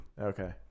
Okay